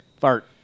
Fart